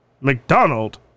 McDonald